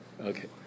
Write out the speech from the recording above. okay